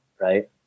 right